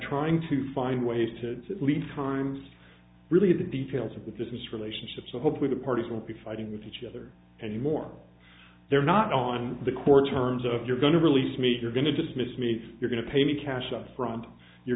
trying to find ways to at least times really the details of the distance relationship so hopefully the parties will be fighting with each other and you more they're not on the court terms of you're going to release me you're going to dismiss me you're going to pay me cash up front you're